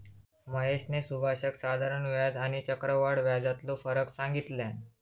महेशने सुभाषका साधारण व्याज आणि आणि चक्रव्याढ व्याजातलो फरक सांगितल्यान